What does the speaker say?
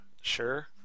sure